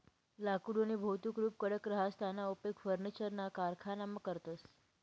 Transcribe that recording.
लाकुडनं भौतिक रुप कडक रहास त्याना उपेग फर्निचरना कारखानामा करतस